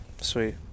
Sweet